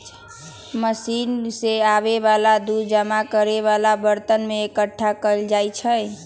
machine से आबे वाला दूध जमा करे वाला बरतन में एकट्ठा कएल जाई छई